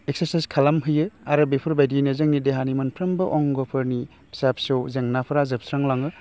exercise खालामहोयो आरो बेफोरबायदिनो जोंनि देहानि मोनफ्रोमबो अंगफोरनि फिसा फिसौ जेंनाफ्रा जोबस्रांलाङो